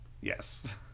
yes